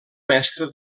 mestre